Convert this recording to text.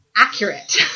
Accurate